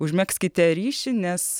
užmegzkite ryšį nes